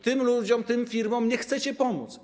Tym ludziom, tym firmom nie chcecie pomóc.